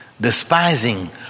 despising